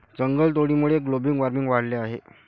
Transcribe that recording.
जंगलतोडीमुळे global warming वाढले आहे